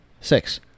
Six